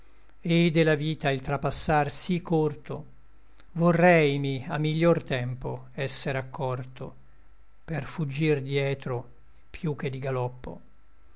et de la vita il trappassar sí corto vorreimi a miglior tempo esser accorto per fuggir dietro piú che di galoppo